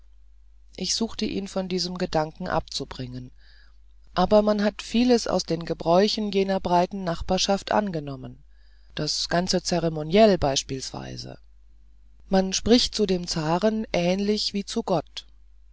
ich suchte ihn von diesem gedanken abzubringen aber man hat vieles aus den gebräuchen jener breiten nachbarschaft angenommen das ganze zeremoniell beispielsweise man spricht zu dem zaren ähnlich wie zu gott